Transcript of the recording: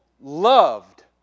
loved